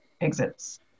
exits